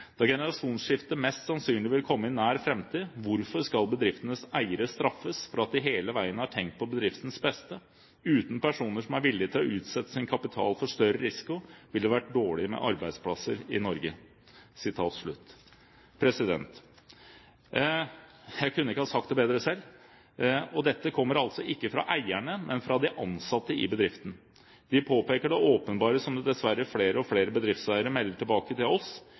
da generasjonsskifte mest sannsynlig vil komme i nær framtid. Hvorfor skal bedriftenes eiere straffes for at de hele veien har tenkt på bedriftens beste? Uten personer som er villige til å utsette sin kapital for større risiko ville det vært dårlig med arbeidsplasser i Norge.» Jeg kunne ikke ha sagt det bedre selv. Og dette kommer altså ikke fra eierne, men fra de ansatte i bedriften. De påpeker det åpenbare, som dessverre flere og flere bedriftseiere melder tilbake til oss.